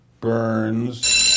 Burns